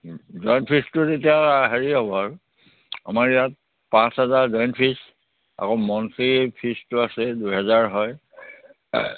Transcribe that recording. join ফিজটো তেতিয়া হেৰি হ'ব আৰু আমাৰ ইয়াত পাঁচ হাজাৰ জইন ফিজ আকৌ মন্থলি ফিজটো আছেই দুহেজাৰ হয়